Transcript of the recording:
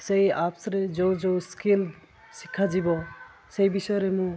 ସେହି ଆପ୍ସରେ ଯେଉଁ ଯେଉଁ ସ୍କିଲ୍ ଶିଖାଯିବ ସେହି ବିଷୟରେ ମୁଁ